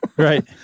Right